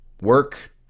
work